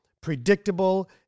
predictable